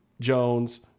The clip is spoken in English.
Jones